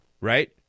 Right